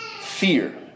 fear